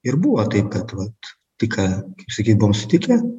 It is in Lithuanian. ir buvo taip kad vat tik ką kaip sakyt buvom sutikę